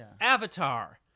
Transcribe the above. Avatar